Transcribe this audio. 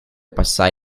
passai